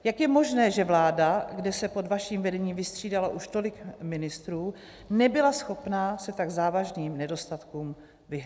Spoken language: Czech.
Jak je možné, že vláda, kde se pod vaším vedením vystřídalo už tolik ministrů, nebyla schopna se tak závažným nedostatkům vyhnout?